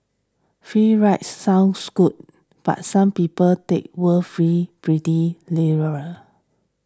free rides sound good but some people take word free pretty